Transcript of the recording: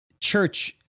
church